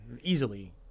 easily